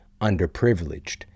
underprivileged